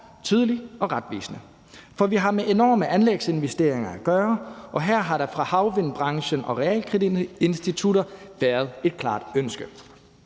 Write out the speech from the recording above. tydelig og retvisende. For vi har med enorme anlægsinvesteringer at gøre, og her har der fra havvindbranchens og realkreditinstitutters side været et klart ønske.